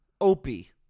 Opie